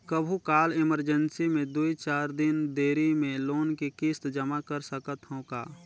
कभू काल इमरजेंसी मे दुई चार दिन देरी मे लोन के किस्त जमा कर सकत हवं का?